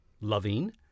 loving